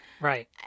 Right